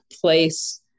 place